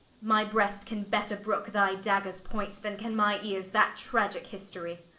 my brest can better brooke thy daggers point, then can my eares that tragicke history.